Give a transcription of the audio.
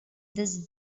this